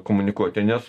komunikuoti nes